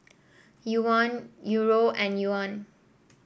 Yuan Euro and Yuan